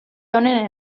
honen